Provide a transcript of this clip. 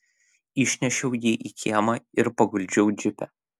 išnešiau jį į kiemą ir paguldžiau džipe